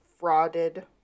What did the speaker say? frauded